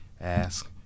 ask